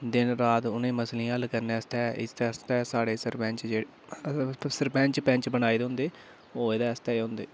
जिन रात उनें मसलें गी हल करने आस्तै इस उस्तै साढ़े सरपैंच जेह्ड़े सरपैंच पैंच बनाए दे होंदे ओह् एह्दे आस्तै गै होंदे